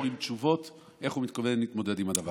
עם תשובות איך הוא מתכונן להתמודד עם הדבר הזה.